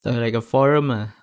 something like a forum ah